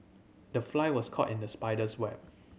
the fly was caught in the spider's web